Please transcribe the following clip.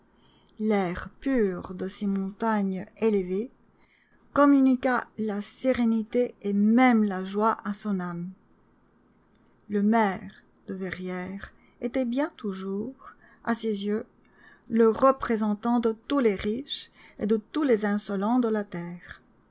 l'air pur de ces montagnes élevées communiqua la sérénité et même la joie à son âme le maire de verrières était bien toujours à ses yeux le représentant de tous les riches et de tous les insolents de la terre